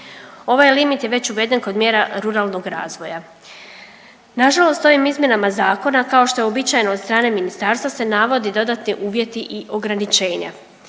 Ovaj limit je već uveden kod mjera ruralnog razvoja. Nažalost ovim izmjenama zakona kao što je uobičajeno od strane ministarstva se navodi dodatni uvjeti i ograničenja.